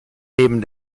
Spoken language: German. neben